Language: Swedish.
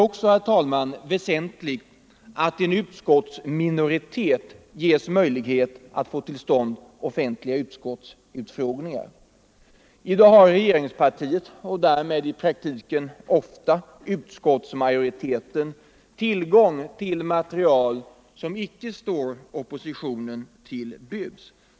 Vidare är det väsentligt att en utskottsminoritet ges möjligheter att få till stånd offentliga utskottsutfrågningar. I dag har regeringspartiet — och därmed också i praktiken ofta utskottsmajoriteten — tillgång till material som inte står oppositionen till buds.